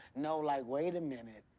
no like, wait a minute.